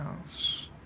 else